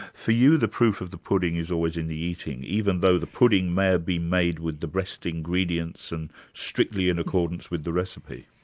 for you the proof of the pudding is always in the eating, even though the pudding may have been made with the best ingredients and strictly in accordance with the recipe.